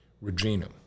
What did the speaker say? Regina